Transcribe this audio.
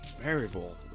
variable